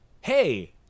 Hey